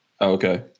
Okay